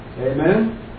Amen